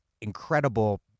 incredible